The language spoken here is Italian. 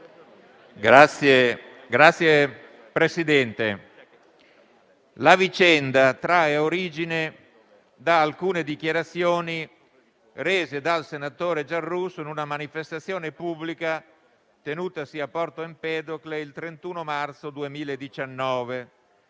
Signor Presidente, la vicenda trae origine da alcune dichiarazioni rese dal senatore Giarrusso in una manifestazione pubblica tenutasi a Porto Empedocle il 31 marzo 2019.